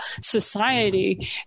society